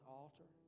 altar